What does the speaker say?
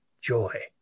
joy